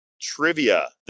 trivia